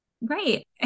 Right